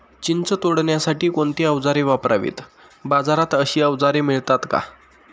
चिंच तोडण्यासाठी कोणती औजारे वापरावीत? बाजारात अशी औजारे मिळतात का?